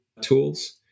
tools